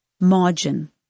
Margin